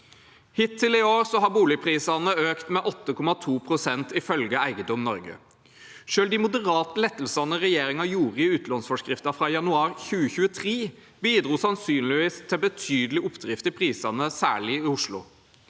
Hittil i år har boligprisene økt med 8,2 pst., ifølge Eiendom Norge. Selv de moderate lettelsene regjeringen gjorde i utlånsforskriften fra januar 2023, bidro sannsynligvis til betydelig oppdrift i prisene, særlig i Oslo.